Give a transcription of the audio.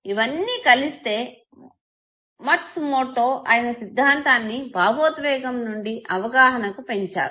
ఇవన్నీ కలిస్తే Matsumoto అయన సిద్ధాంతాన్ని భావోద్వేగం నుండి అవగాహనకు పెంచారు